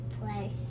play